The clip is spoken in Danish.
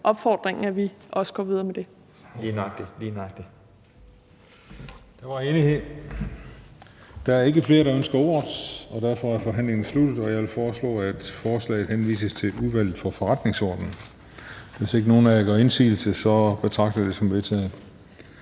18:03 Den fg. formand (Christian Juhl): Der var enighed. Der er ikke flere, der ønsker ordet, og derfor er forhandlingen sluttet. Jeg vil foreslå, at forslaget henvises til Udvalget for Forretningsordenen. Hvis ingen gør indsigelse, betragter jeg det som vedtaget.